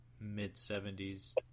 mid-70s